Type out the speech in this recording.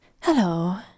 Hello